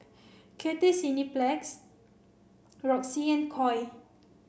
Cathay Cineplex Roxy and Koi